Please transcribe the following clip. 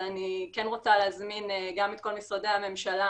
לזה אבל אני כן רוצה להזמין את כל משרדי הממשלה